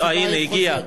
הנה הגיע.